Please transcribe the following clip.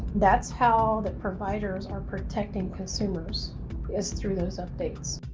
that's how that providers are protecting consumers is through those updates.